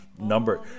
number